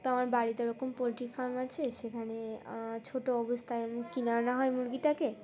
তো আমার বাড়িতে ওরকম পোলট্রি ফার্ম আছে সেখানে ছোটো অবস্থায় কিনে আনা হয় মুরগিটাকে